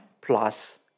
plus